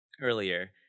earlier